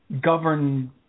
govern